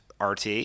RT